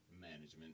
management